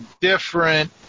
different